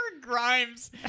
grimes